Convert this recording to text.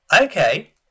Okay